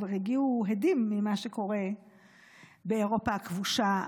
כבר הגיעו הדים ממה שקורה באירופה הכבושה,